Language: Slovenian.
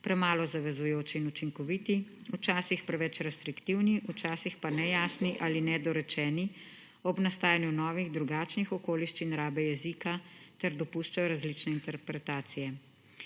premalo zavezujoči in učinkoviti, včasih preveč restriktivni, včasih pa nejasni ali nedorečeno ob nastajanju novih drugačnih okoliščin rabe jezika ter dopuščajo različne interpretacije.